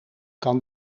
kan